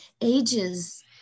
ages